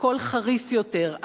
הכול חריף יותר,